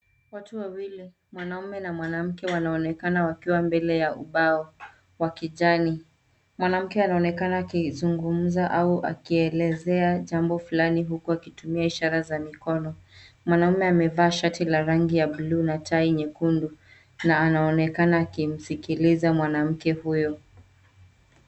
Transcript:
Watu wawili, mwanaume na mwanamke wanaonekana wakiwa mbele ya ubao, wa kijani. Mwanamke anaonekana akizungumza au akielezea jambo fulani huku akitumia ishara za mikono. Mwanamume amevaa shati la rangi ya bluu na tai nyekundu, na anaonekana akimsikiliza mwanamke huyo.